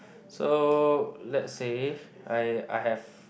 so let's say I I have